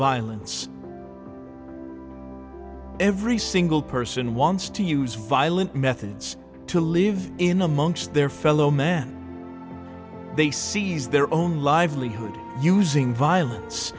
violence every single person wants to use violent methods to live in amongst their fellow man they seize their own livelihood using violence